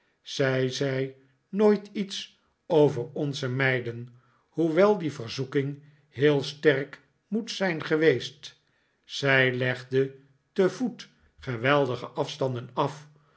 zij zei nooit iets over ohze meiden hoewel die verzoeking heel sterk moet zijn geweest zij legde te voet geweldige afstanden af